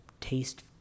taste